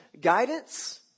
guidance